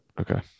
okay